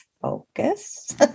focus